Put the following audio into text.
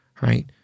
Right